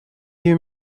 you